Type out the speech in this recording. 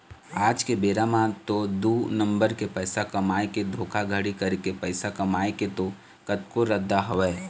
आज के बेरा म तो दू नंबर के पइसा कमाए के धोखाघड़ी करके पइसा कमाए के तो कतको रद्दा हवय